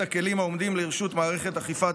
את הכלים העומדים לרשות מערכת אכיפת